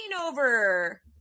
over